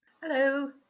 Hello